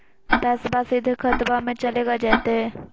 पैसाबा सीधे खतबा मे चलेगा जयते?